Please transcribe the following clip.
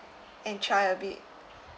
and try a bit